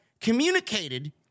communicated